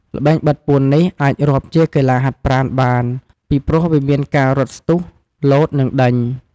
ល្បែងបិទពួននេះអាចរាប់ជាកីឡាហាត់ប្រាណបាន ពីព្រោះវាមានការរត់ស្ទុះ លោត និងដេញ។